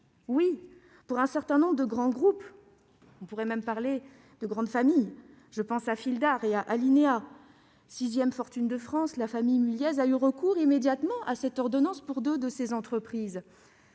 oui, pour un certain nombre de grands groupes. On pourrait même parler de grandes familles : sixième fortune de France, la famille Mulliez a eu recours immédiatement à cette ordonnance pour deux de ses entreprises,